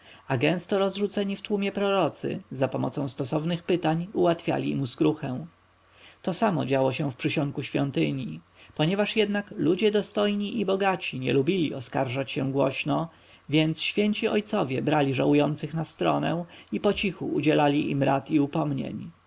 a gęsto rozrzuceni w tłumie prorocy zapomocą stosownych pytań ułatwiali mu skruchę to samo działo się w przysionku świątyni ponieważ jednak ludzie dostojni i bogaci nie lubili oskarżać się głośno więc święci ojcowie brali żałujących na stronę i pocichu udzielali im rad i upomnień